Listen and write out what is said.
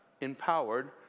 empowered